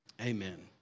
Amen